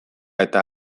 eta